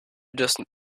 doesn’t